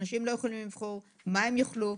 אנשים לא יכולים לבחור מה הם יאכלו,